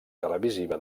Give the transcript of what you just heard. televisiva